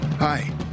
Hi